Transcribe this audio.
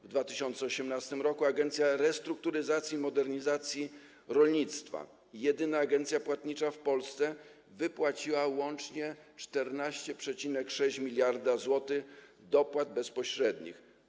W 2018 r. Agencja Restrukturyzacji i Modernizacji Rolnictwa, jedyna agencja płatnicza w Polsce, wypłaciła łącznie 14,6 mld zł dopłat bezpośrednich.